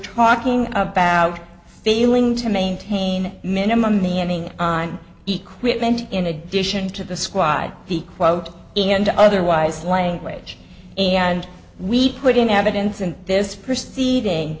talking about failing to maintain minimum the ending on equipment in addition to the squad he quote and otherwise language and we put in evidence in this proceeding